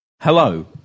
Hello